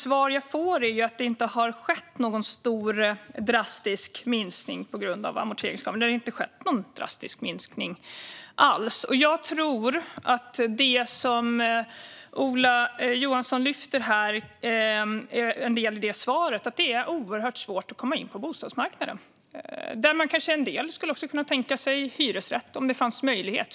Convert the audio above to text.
Det svar jag har fått är att det inte alls har skett någon stor, drastisk minskning på grund av amorteringskravet. Jag tror att det som Ola Johansson lyfter upp är en del av svaret - att det är oerhört svårt att komma in på bostadsmarknaden, där en del kanske kan tänka sig hyresrätt, om möjlighet finns.